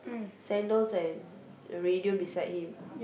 sandals and radio beside him